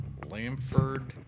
Lamford